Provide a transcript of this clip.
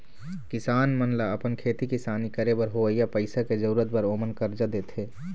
किसान मन ल अपन खेती किसानी करे बर होवइया पइसा के जरुरत बर ओमन करजा देथे